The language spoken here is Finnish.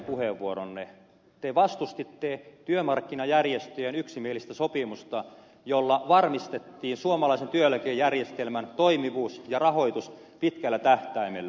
te vastustitte työmarkkinajärjestöjen yksimielistä sopimusta jolla varmistettiin suomalaisen työeläkejärjestelmän toimivuus ja rahoitus pitkällä tähtäimellä